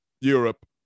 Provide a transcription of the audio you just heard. Europe